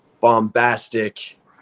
bombastic